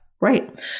Right